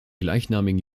gleichnamigen